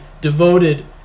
devoted